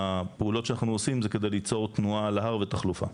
והפעולות שאנחנו עושים זה כדי ליצור תנועה על ההר ותחלופה.